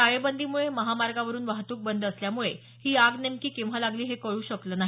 टाळेबंदीमुळं महामार्गावरून वाहतूक बंद असल्यामुळं ही आग नेमकी केव्हा लागली हे कळू शकले नाही